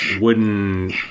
wooden